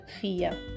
fear